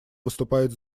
выступает